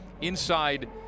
inside